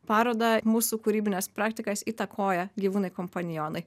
parodą mūsų kūrybines praktikas įtakoję gyvūnai kompanionai